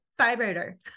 vibrator